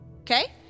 okay